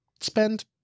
spend